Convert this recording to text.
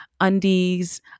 undies